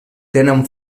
tenen